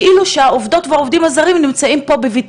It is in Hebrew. שרוצה בכלל להגיע לוועדת חריגים,